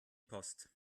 post